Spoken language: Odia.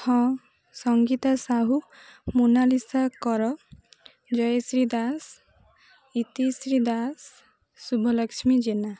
ହଁ ସଙ୍ଗୀତା ସାହୁ ମୋନାଲିସା କର ଜୟଶ୍ରୀ ଦାସ ଇତିଶ୍ରୀ ଦାସ ଶୁଭଲକ୍ଷ୍ମୀ ଜେନା